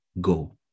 go